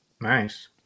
Nice